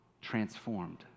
transformed